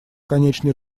конечный